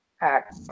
act